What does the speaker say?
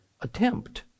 attempt